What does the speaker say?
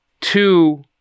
two